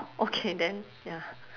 okay then ya